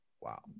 wow